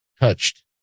touched